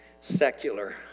secular